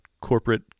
corporate